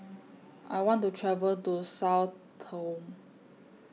I want to travel to Sao Tome